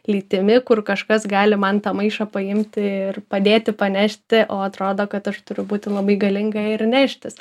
lytimi kur kažkas gali man tą maišą paimti ir padėti panešti o atrodo kad aš turiu būti labai galinga ir neštis